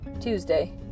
Tuesday